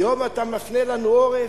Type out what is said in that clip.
היום אתה מפנה לנו עורף?